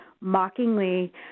mockingly